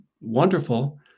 wonderful